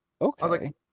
Okay